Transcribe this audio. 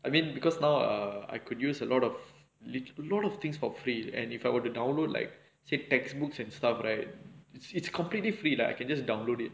I mean because now err I could use a lot of a lot of things for free and if I were to download like say textbooks and stuff right it's it's completely free like I can just download it